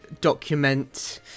document